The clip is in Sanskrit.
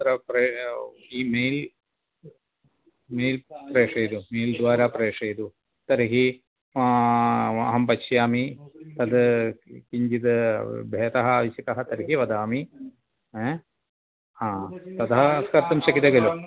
अत्र प्र ई मेल् मेल् प्रेषयतु मेल् द्वारा प्रेषयतु तर्हि अहं पश्यामि तत् किञ्चित् भेदः आवश्यकः तर्हि वदामि ततः कर्तुं शक्यते खलु